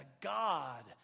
God